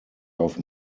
auf